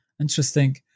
Interesting